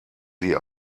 sie